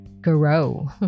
grow